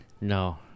No